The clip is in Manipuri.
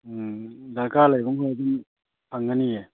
ꯎꯝ ꯗꯔꯀꯥꯔ ꯂꯩꯕ ꯃꯈꯩ ꯑꯗꯨꯝ ꯐꯪꯒꯅꯤꯌꯦ